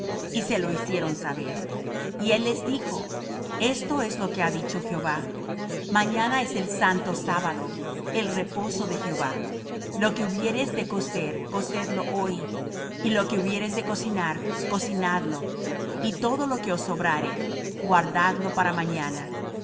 y se lo hicieron saber y él les dijo esto es lo que ha dicho jehová mañana es el santo sábado el reposo de jehová lo que hubiereis de cocer cocedlo hoy y lo que hubiereis de cocinar cocinadlo y todo lo que os sobrare guardadlo para mañana